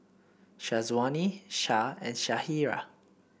Syazwani Shah and Syirah